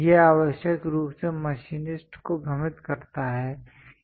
यह अनावश्यक रूप से मशीनिस्ट को भ्रमित करता है